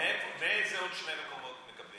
באילו עוד שני מקומות מקבלים?